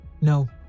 No